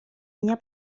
меня